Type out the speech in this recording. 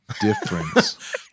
Difference